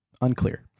Unclear